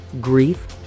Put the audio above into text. grief